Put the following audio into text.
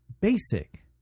basic